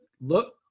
look